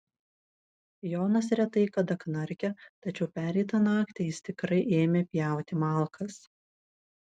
jonas retai kada knarkia tačiau pereitą naktį jis tikrai ėmė pjauti malkas